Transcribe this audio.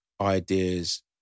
ideas